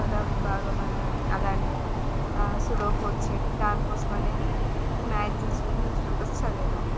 పదవిభాగం మన అలాంటివి ఆ సుడోకు వచ్చేది దాని కోసమనేది ఈ మ్యాగ్జిన్ న్యూస్ పేపర్స్ చదివేదాన్ని